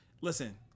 Listen